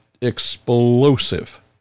explosive